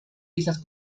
islas